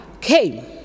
came